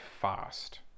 fast